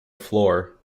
floor